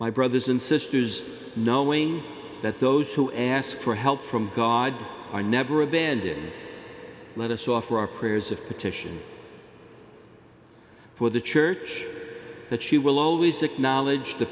my brothers and sisters knowing that those who ask for help from god are never abandoned let us offer our prayers of petition for the church that she will always acknowledge the